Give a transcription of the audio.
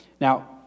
Now